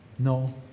No